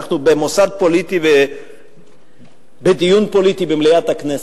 שאנחנו במוסד פוליטי ובדיון פוליטי במליאת הכנסת.